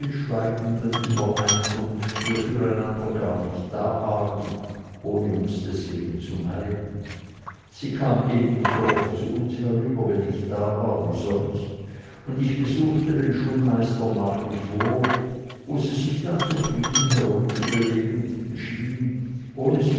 stillschweigenden übereinkunft wir füreinander gar nicht da waren ohne uns deswegen zu meiden sie kam ebensooft zu uns herüber wenn ich da war wie sonst und ich besuchte den schulmeister nach wie vor wo sie sich dann zufrieden herumzubewegen schien ohne sich